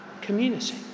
community